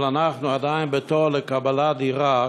אבל אנחנו עדיין בתור לקבלת דירה,